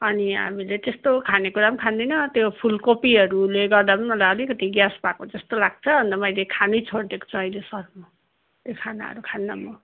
अनि हामीले त्यस्तो खाने कुरा पनि खाँदिन त्यो फुलकोपिहरूले गर्दा पनि मलाई अलिकति ग्यास भएको जस्तो लाग्छ अन्त मैले खानै छोडिदिएको छु अहिले सर त्यो खानाहरू खान्न म